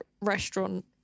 restaurant